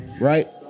right